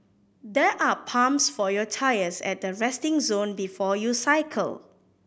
there are pumps for your tyres at the resting zone before you cycle